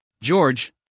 George